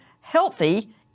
healthy